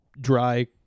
dry